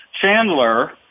Chandler